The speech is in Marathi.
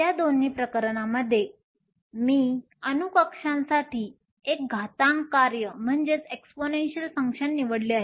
या दोन्ही प्रकरणांमध्ये मी अणू कक्षांसाठी एक घातांक कार्य निवडले आहे